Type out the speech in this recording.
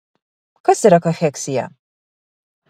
kas yra kacheksija